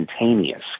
instantaneous